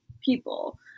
people